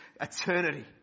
eternity